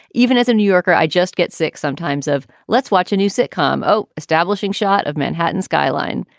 even as a new yorker, i just get sick sometimes of let's watch a new sitcom. oh, establishing shot of manhattan skyline,